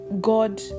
God